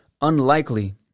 unlikely